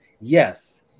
Yes